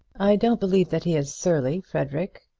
i don't believe that he is surly, frederic,